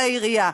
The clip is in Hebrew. של העירייה.